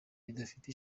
bidafite